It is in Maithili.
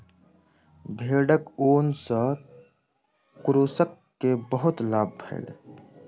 भेड़क ऊन सॅ कृषक के बहुत लाभ भेलै